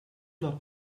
not